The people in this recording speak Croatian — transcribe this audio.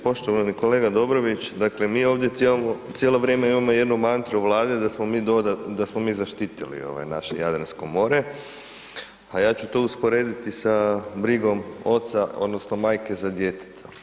Poštovani kolega Dobrović, dakle, mi ovdje cijelo vrijeme imamo jednu mantru Vlade da smo mi zaštitili naše Jadransko more, a ja ću to usporediti sa brigom oca odnosno majke za dijete.